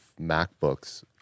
macbooks